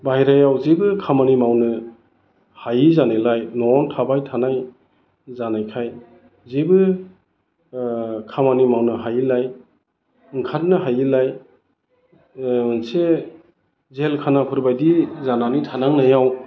बाहेरायाव जेबो खामानि मावनो हायै जानायलाय न'आवनो थाबाय थानाय जानायखाय जेबो खामानि मावनो हायैलाय ओंखारनो हायैलाय मोनसे जेल खानाफोरबायदि जानानै थानांनायाव